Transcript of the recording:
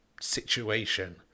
situation